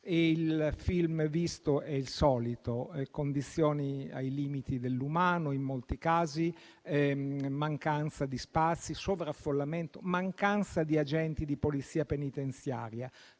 Il film visto è il solito: condizioni ai limiti dell'umano in molti casi, mancanza di spazi, sovraffollamento, mancanza di agenti di Polizia penitenziaria,